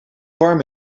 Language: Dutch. warm